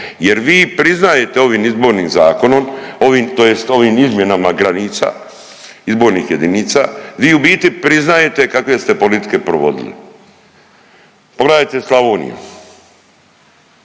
jer vi priznajete ovim Izbornim zakonom, tj. ovim izmjenama granica izbornih jedinica, vi u biti priznajete kakve ste politike provodili. Pogledajte Slavoniju,